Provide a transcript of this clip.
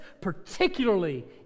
particularly